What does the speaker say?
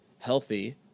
healthy